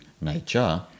nature